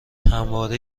همواره